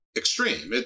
extreme